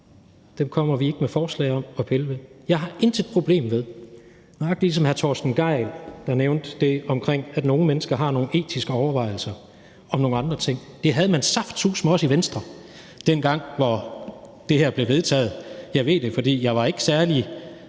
– kommer vi ikke med forslag om at pille ved. Jeg har intet problem med – nøjagtig ligesom hr. Torsten Gejl nævnte – at nogle mennesker har nogle etiske overvejelser om nogle ting. Det havde man saftsuseme også i Venstre, dengang det her blev vedtaget. Jeg ved det, for jeg var ikke særlig